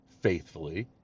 faithfully